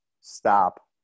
stop